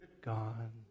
gone